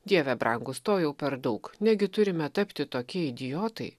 dieve brangus to jau per daug negi turime tapti tokie idiotai